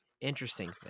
interesting